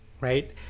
right